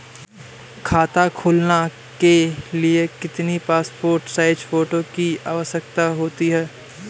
खाता खोलना के लिए कितनी पासपोर्ट साइज फोटो की आवश्यकता होती है?